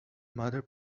mother